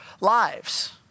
lives